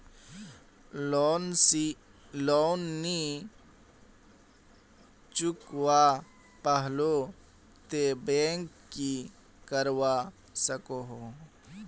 Loan नी चुकवा पालो ते बैंक की करवा सकोहो?